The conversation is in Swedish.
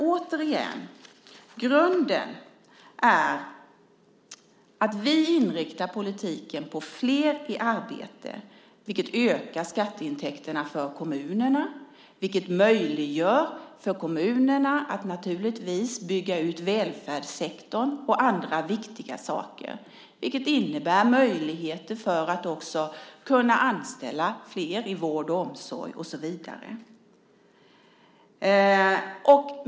Återigen: Grunden är att vi inriktar politiken på flera i arbete, vilket ökar skatteintäkterna för kommunerna, vilket möjliggör för kommunerna att naturligtvis bygga ut välfärdssektorn och andra viktiga saker, vilket innebär möjligheter för att också kunna anställa flera i vård och omsorg och så vidare.